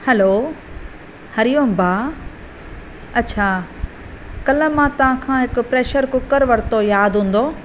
hello Hari Om भाउ अच्छा कल्ह मां तव्हांखां हिकु प्रैशर कुकर वठितो यादि हूंदो